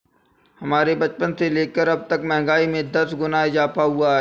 हमारे बचपन से लेकर अबतक महंगाई में दस गुना इजाफा हुआ है